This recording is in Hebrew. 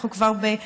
אנחנו כבר במאי,